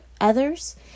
others